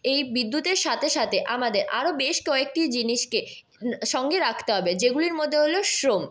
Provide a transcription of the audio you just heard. এই বিদ্যুতের সাথে সাথে আমাদের আরও বেশ কয়েকটি জিনিসকে সঙ্গে রাখতে হবে যেগুলির মধ্যে হল শ্রম